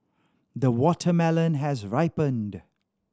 the watermelon has ripened